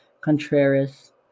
Contreras